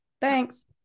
Thanks